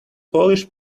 polish